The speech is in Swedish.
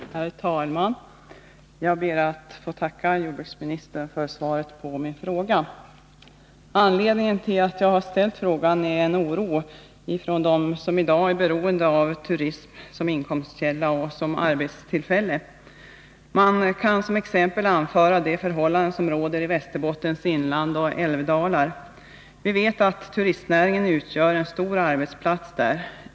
Herr talman! Jag ber att få tacka jordbruksministern för svaret på min fråga. Anledningen till att jag har ställt frågan är en oro hos dem som i dag är beroende av turism som inkomstkälla och som arbetstillfälle. Man kan som exempel anföra de förhållanden som råder i Västerbottens inland och älvdalar. Vi vet att turistnäringen utgör en stor arbetsplats där.